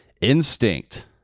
instinct